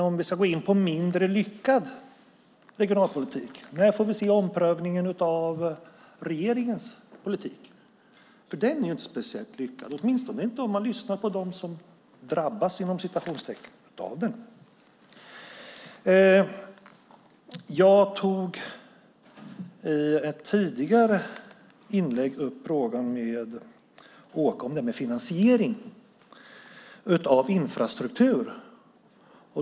Om vi ska gå in på mindre lyckad regionalpolitik undrar jag när vi får se omprövningen av regeringens politik. Den är inte speciellt lyckad, åtminstone inte om man lyssnar på dem som "drabbas" av den. Jag tog i ett tidigare replikskifte med Åke Sandström upp frågan om finansiering av infrastruktur.